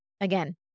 Again